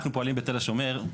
אנחנו פועלים בתל השומר,